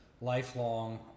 lifelong